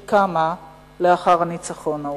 שקמה לאחר הניצחון ההוא.